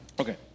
Okay